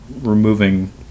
removing